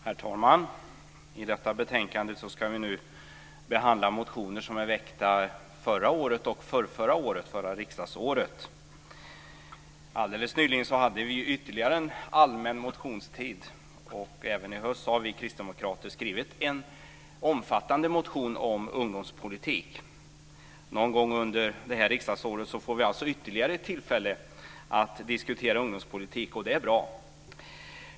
Herr talman! I anslutning till detta betänkande ska vi nu behandla motioner som väcktes under riksmötena 1999 01. Alldeles nyligen har det varit ytterligare en allmän motionstid. Även i höst har vi kristdemokrater väckt en omfattande motion om ungdomspolitik. Någon gång under detta riksdagsår får vi alltså ytterligare ett tillfälle att diskutera ungdomspolitiken, och det är bra.